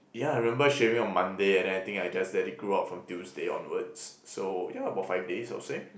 yeah I remember shaving on Monday and then I think I just let it grew out from Tuesday onwards so yeah about five days I would say